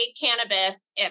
cannabis